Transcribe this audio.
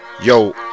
Yo